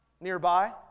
nearby